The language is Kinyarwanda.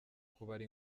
kubara